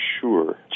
sure